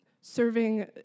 serving